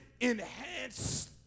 enhanced